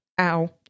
Ow